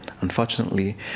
Unfortunately